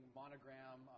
monogram